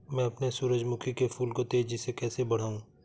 मैं अपने सूरजमुखी के फूल को तेजी से कैसे बढाऊं?